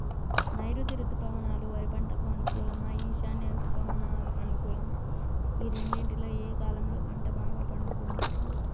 నైరుతి రుతుపవనాలు వరి పంటకు అనుకూలమా ఈశాన్య రుతుపవన అనుకూలమా ఈ రెండింటిలో ఏ కాలంలో పంట బాగా పండుతుంది?